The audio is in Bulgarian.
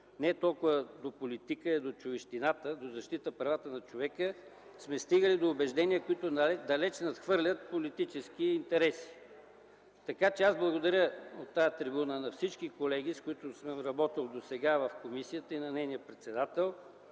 е толкова до политика, а до човещината, до защита правата на човека – сме стигали до убеждения, които далече надхвърлят политическите интереси. Така че аз благодаря от тази трибуна на всички колеги, с които съм работил досега в комисията, и на нейния председател.